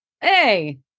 hey